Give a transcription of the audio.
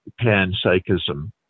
panpsychism